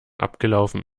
abgelaufen